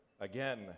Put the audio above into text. again